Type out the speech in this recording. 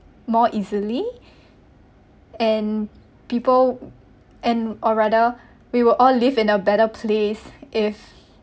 more easily and people and or rather we will all live in a better place if